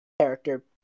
character